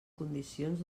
condicions